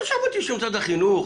אני לא שמעתי שמשרד החינוך